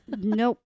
Nope